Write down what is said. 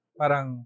parang